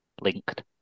linked